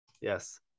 Yes